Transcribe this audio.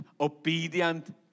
obedient